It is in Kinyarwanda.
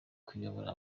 kuyobora